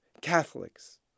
Catholics